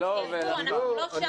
אנחנו לא שם.